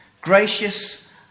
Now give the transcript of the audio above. gracious